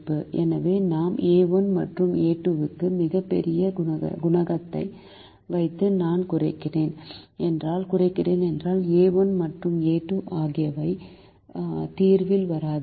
எனவே நான் a 1 மற்றும் a2 க்கு மிகப் பெரிய குணகத்தை வைத்து நான் குறைக்கிறேன் என்றால் a1 மற்றும் a2 ஆகியவை தீர்வில் வராது